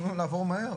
תנו לנו לעבור מהר,